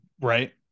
right